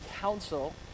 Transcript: council